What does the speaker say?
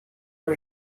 our